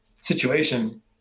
situation